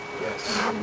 Yes